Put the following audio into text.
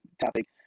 topic